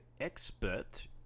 expert